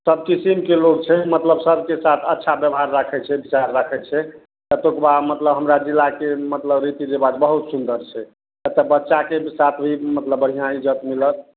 सब किसिमके लोक छै मतलब सभके साथ अच्छा बेवहार राखै छै विचार राखै छै एतहुका मतलब हमरा जिलाके मतलब रीति रिवाज बहुत सुन्दर छै तऽ बच्चाके भी साथ भी मतलब बढ़िआँ इज्जति मिलत